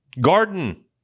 garden